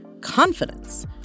confidence